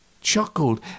chuckled